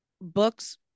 books